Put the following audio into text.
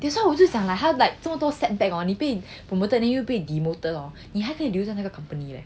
that's why 我就想 like 他 like 这么多 setback hor 我们又被 demoted 你还可以留在那个 company hor